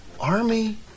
Army